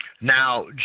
Now